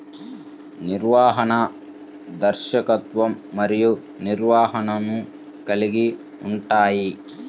నిర్వహణ, దర్శకత్వం మరియు నిర్వహణను కలిగి ఉంటాయి